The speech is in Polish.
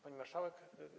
Pani Marszałek!